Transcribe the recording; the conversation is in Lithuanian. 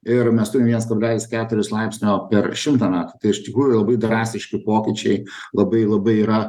ir mes turim viens kablelis keturis laipsnio per šimtą metų tai iš tikrųjų labai drastiški pokyčiai labai labai yra